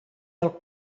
del